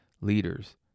leaders